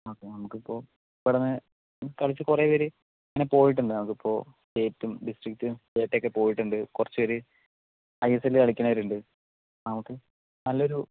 അപ്പോൾ നമുക്ക് ഇപ്പോൾ ഇവിടുന്ന് കളിച്ച് കുറെ പേര് അങ്ങനെ പോയിട്ടുണ്ട് നമുക്ക് ഇപ്പോൾ സ്റ്റേറ്റും ഡിസ്ട്രിക്ട്ടും ഒക്കെ പോയിട്ടുണ്ട് കുറച്ച് പേര് ഐയെസ്എൽ കളിക്കുന്നവരുമുണ്ട് നമുക്ക് നല്ലൊരു